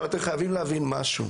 אתם חייבים להבין משהו,